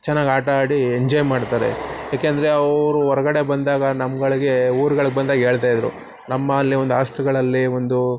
ಚೆನ್ನಾಗಿ ಆಟ ಆಡಿ ಎಂಜಾಯ್ ಮಾಡ್ತಾರೆ ಏಕೆಂದ್ರೆ ಅವರು ಹೊರ್ಗಡೆ ಬಂದಾಗ ನಮ್ಗಳ್ಗೆ ಊರ್ಗಳ್ಗೆ ಬಂದಾಗ ಹೇಳ್ತಾಯಿದ್ರು ನಮ್ಮಲ್ಲೆ ಒಂದು ಆಸ್ಟ್ಲ್ಗಳಲ್ಲಿ ಒಂದು